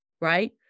right